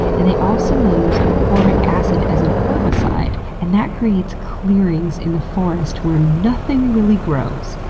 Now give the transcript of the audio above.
and they also use formic acid as an herbicide and that creates clearings in the forest where nothing really grows.